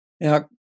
Now